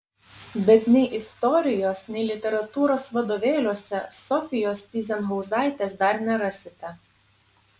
bet nei istorijos nei literatūros vadovėliuose sofijos tyzenhauzaitės dar nerasite